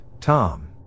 Tom